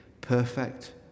perfect